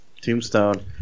Tombstone